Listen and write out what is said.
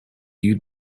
you